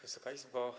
Wysoka Izbo!